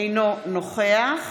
אינו נוכח